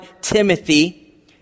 Timothy